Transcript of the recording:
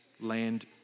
land